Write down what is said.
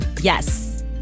Yes